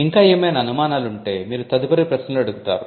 ఇంకా ఏమైనా అనుమానాలుంటే మీరు తదుపరి ప్రశ్నలు అడుగుతారు